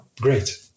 great